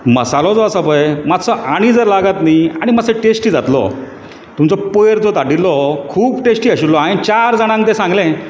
मसालो जो आसा पळय मात्सो आनी जर लागत न्ही आनी मात्सो टेस्टी जातलो तुमचो पयर जो धाडिल्लो खूब टेस्टी आशिल्लो हांवें चार जाणांक तें सांगले